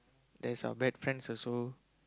there's uh bad friends also